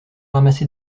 ramassé